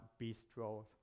bistro